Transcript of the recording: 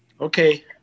okay